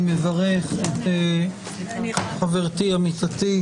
אני מברך את חברתי עמיתתי,